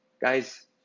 Guys